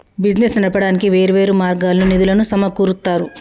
business నడపడానికి వేర్వేరు మార్గాల్లో నిధులను సమకూరుత్తారు